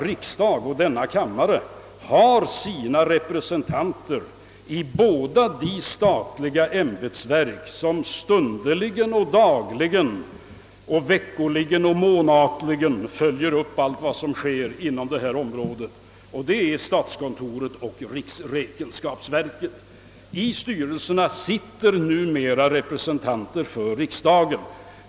Riksdagen har ju sina representanter i båda de statliga ämbetsverk som stund ligen, dagligen, veckoligen och månatligen följer upp allt vad som sker på detta område, nämligen statskontoret och riksrevisionsverket. I styrelserna för dessa verk sitter numera representanter för riksdagen.